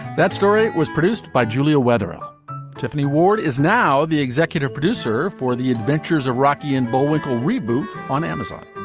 that story was produced by julia weatherall tiffany ward is now the executive producer for the adventures of rocky and bullwinkle reboot on amazon.